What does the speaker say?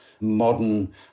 modern